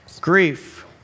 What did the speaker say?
Grief